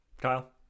Kyle